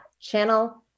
Channel